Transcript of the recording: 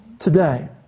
Today